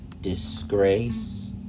disgrace